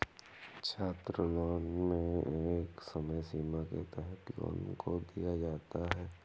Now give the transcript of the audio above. छात्रलोन में एक समय सीमा के तहत लोन को दिया जाता है